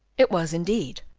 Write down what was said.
it was, indeed,